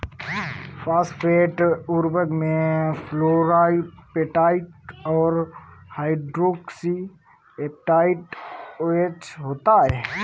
phosphate उर्वरक में fluorapatite और हाइड्रोक्सी एपेटाइट ओएच होता है